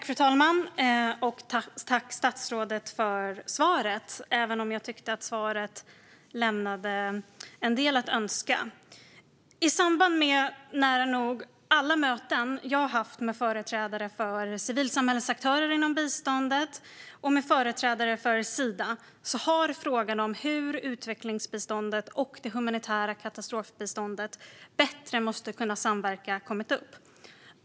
Fru talman! Jag tackar statsrådet för svaret, även om jag tyckte att det lämnade en del att önska. I samband med nära nog alla möten jag haft med företrädare för civilsamhällets aktörer inom biståndet och med företrädare för Sida har frågan om hur utvecklingsbiståndet och det humanitära katastrofbiståndet bättre kan samverka kommit upp.